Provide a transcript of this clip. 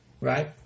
right